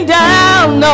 down